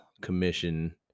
commission